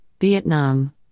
Vietnam